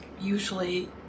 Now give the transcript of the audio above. usually